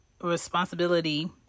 responsibility